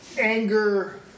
anger